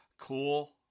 Cool